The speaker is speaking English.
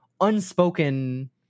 unspoken